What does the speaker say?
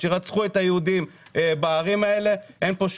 שרצחו לה יהודים בערים האלה לא מקבלת